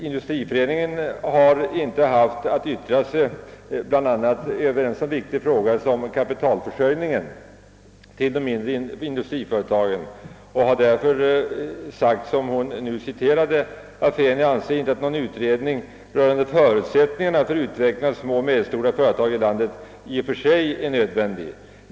Industriföreningen har inte haft att yttra sig över bl.a. en så viktig fråga som kapitalförsörjningen till de mindre industriföretagen och har därför sagt — som hon nu citerat — att den anser att »någon utredning rörande förutsättningarna för utvecklingen av små och medelstora företag i landet icke i och för sig är nödvändig».